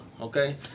okay